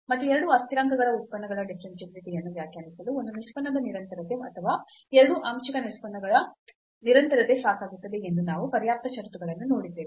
ಮತ್ತು ಎರಡು ಅಸ್ಥಿರಾಂಕಗಳ ಉತ್ಪನ್ನಗಳ ಡಿಫರೆನ್ಷಿಯಾಬಿಲಿಟಿ ಯನ್ನು ವ್ಯಾಖ್ಯಾನಿಸಲು ಒಂದು ನಿಷ್ಪನ್ನದ ನಿರಂತರತೆ ಅಥವಾ ಎರಡೂ ಆಂಶಿಕ ನಿಷ್ಪನ್ನಗಳ ನಿರಂತರತೆ ಸಾಕಾಗುತ್ತದೆ ಎಂದು ನಾವು ಪರ್ಯಾಪ್ತ ಷರತ್ತುಗಳನ್ನು ನೋಡಿದ್ದೇವೆ